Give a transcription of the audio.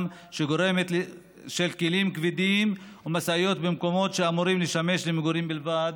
של כלים כבדים ומשאיות במקומות שאמורים לשמש למגורים בלבד,